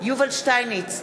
יובל שטייניץ,